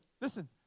listen